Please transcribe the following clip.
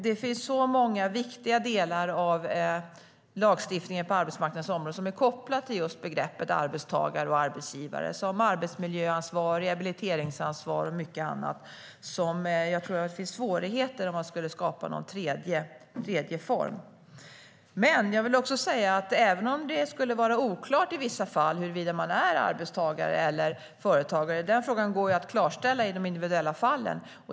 Det är så många viktiga delar av lagstiftningen på arbetsmarknadens område som är kopplade till just begreppen arbetstagare och arbetsgivare. Det handlar om arbetsmiljöansvar, rehabiliteringsansvar och mycket annat. Jag tror att det finns svårigheter om man skulle skapa en tredje form. Jag vill dock också säga att även om det i vissa fall skulle vara oklart huruvida man är arbetstagare eller företagare går det att klargöra i de individuella fallen.